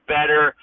better